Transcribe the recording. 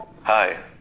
Hi